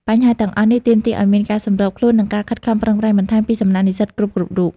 បញ្ហាទាំងអស់នេះទាមទារឲ្យមានការសម្របខ្លួន និងការខិតខំប្រឹងប្រែងបន្ថែមពីសំណាក់និស្សិតគ្រប់ៗរូប។